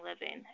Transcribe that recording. Living